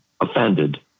offended